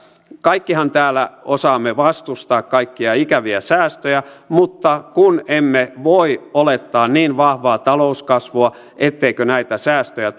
kaikkihan täällä osaamme vastustaa kaikkia ikäviä säästöjä mutta kun emme voi olettaa niin vahvaa talouskasvua etteikö näitä säästöjä